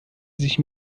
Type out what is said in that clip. sich